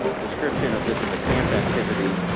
ah description of this as a camp activity,